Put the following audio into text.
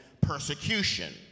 persecution